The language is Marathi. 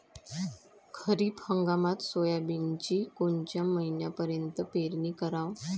खरीप हंगामात सोयाबीनची कोनच्या महिन्यापर्यंत पेरनी कराव?